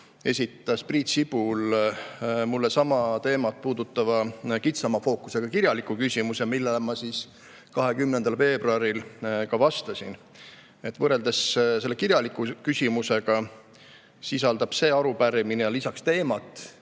esitas Priit Sibul mulle sama teemat puudutava kitsama fookusega kirjaliku küsimuse, millele ma 20. veebruaril ka vastasin. Võrreldes selle kirjaliku küsimusega sisaldab arupärimine lisaks teemat,